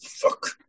Fuck